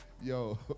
Yo